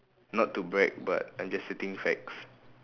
not to brag but I'm just stating facts